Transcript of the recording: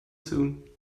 soon